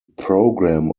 program